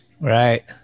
Right